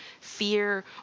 fear